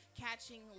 catching